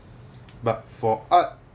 but for art